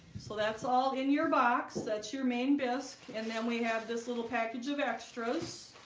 so that's all in your box that's your main bisque and then we have this little package extras